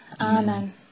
Amen